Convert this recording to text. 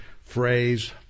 phrase